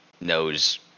knows